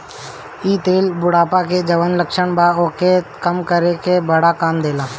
इ तेल बुढ़ापा के जवन लक्षण बा ओके कम करे में बड़ा काम देला